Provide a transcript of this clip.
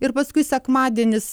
ir paskui sekmadienis